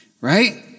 right